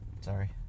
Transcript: Sorry